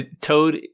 Toad –